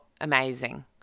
amazing